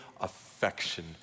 affection